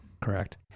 correct